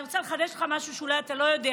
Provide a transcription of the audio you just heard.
אני רוצה לחדש לך משהו שאולי אתה לא יודע: